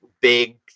big